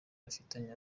bafitanye